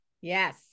Yes